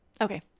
Okay